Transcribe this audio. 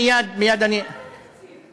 מייד, מייד, מייד אני, רגע.